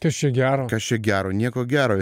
kas čia gero kas čia gero nieko gero